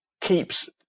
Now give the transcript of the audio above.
keeps